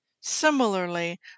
similarly